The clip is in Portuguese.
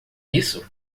isso